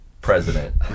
president